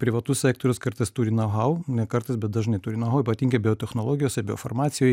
privatus sektorius kartais turi nau hau ne kartais bet dažnai turi nau hau ypatingai biotechnologijose biofarmacijoj